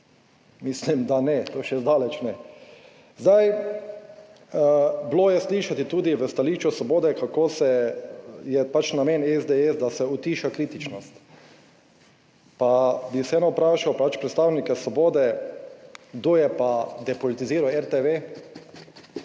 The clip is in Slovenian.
Mislim, da ne, to še zdaleč ne. Zdaj bilo je slišati tudi v stališču Svobode, kako je namen SDS, da se utiša kritičnost. Pa bi vseeno vprašal predstavnike Svobode, kdo je pa depolitiziral RTV,